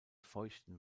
feuchten